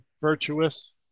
virtuous